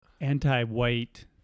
anti-white